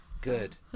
Good